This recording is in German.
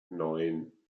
neun